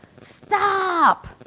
stop